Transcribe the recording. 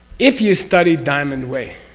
if you study diamond way